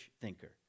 thinker